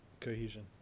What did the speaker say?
cohesion